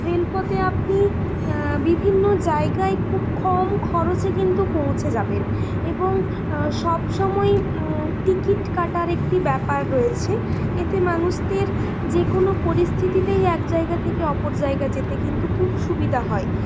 রেলপথে আপনি বিভিন্ন জায়গায় খুব কম খরচে কিন্তু পৌঁছে যাবেন এবং সবসময়েই টিকিট কাটার একটি ব্যাপার রয়েছে এতে মানুষদের যে কোনও পরিস্থিতিতেই এক জায়গা থেকে অপর জায়গা যেতে কিন্তু খুব সুবিধা হয়